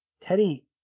teddy